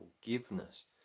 forgiveness